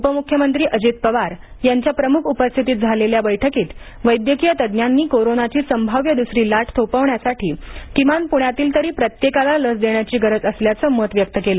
उपमुख्यमंत्री अजित पवार यांच्या प्रमुख उपस्थितीत झालेल्या या बैठकीत वैद्यकीय तज्ज्ञांनी कोरोनाची संभाव्य दुसरी लाट थोपवण्यासाठी किमान पुण्यातील तरी प्रत्येकाला लस देण्याची गरज असल्याचं मत व्यक्त केलं